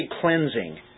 cleansing